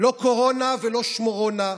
לא קורונה ולא שמורונה,